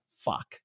Fuck